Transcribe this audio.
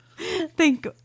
Thank